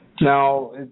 Now